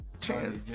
Chance